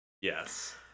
yes